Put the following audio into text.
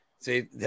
See